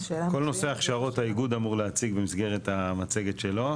אז כל נושא ההכשרות האיגוד אמור להציג במסגרת המצגת שלו.